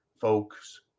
folks